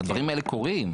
הדברים האלה קורים,